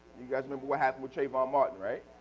you guys remember what happened with trayvon martin, right?